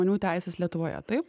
jų teises lietuvoje taip